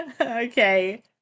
Okay